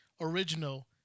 original